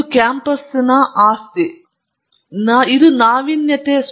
ನೀವು ಮಿಶ್ರಣವನ್ನು ಹೊಂದಬೇಕೆಂದು ನಾನು ಭಾವಿಸುತ್ತೇನೆ